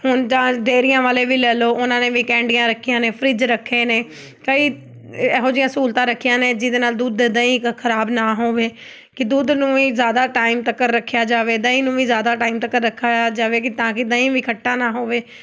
ਹੁਣ ਤਾਂ ਡੇਅਰੀਆਂ ਵਾਲੇ ਵੀ ਲੈ ਲਉ ਉਹਨਾਂ ਨੇ ਵੀ ਕੈਂਡੀਆਂ ਰੱਖੀਆਂ ਨੇ ਫ੍ਰਿਜ ਰੱਖੇ ਨੇ ਕਈ ਇਹੋ ਜਿਹੀਆਂ ਸਹੂਲਤਾਂ ਰੱਖੀਆਂ ਨੇ ਜਿਹਦੇ ਨਾਲ ਦੁੱਧ ਦਹੀਂ ਕ ਖਰਾਬ ਨਾ ਹੋਵੇ ਕਿ ਦੁੱਧ ਨੂੰ ਵੀ ਜ਼ਿਆਦਾ ਟਾਈਮ ਤੱਕਰ ਰੱਖਿਆ ਜਾਵੇ ਦਹੀਂ ਨੂੰ ਵੀ ਜ਼ਿਆਦਾ ਟਾਈਮ ਤੱਕਰ ਰੱਖਿਆ ਜਾਵੇ ਕਿ ਤਾਂ ਕਿ ਦਹੀਂ ਵੀ ਖੱਟਾ ਨਾ ਹੋਵੇ